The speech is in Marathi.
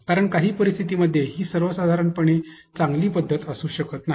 कारण काही परिस्थितींमध्ये ही सर्वसाधारणपणे चांगली पद्धत असू शकत नाही